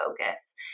focus